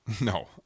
No